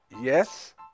Yes